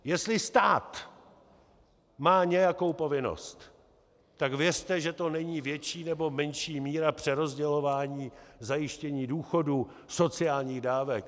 Jestli stát má nějakou povinnost, tak věřte, že to není větší nebo menší míra přerozdělování, zajištění důchodů, sociálních dávek.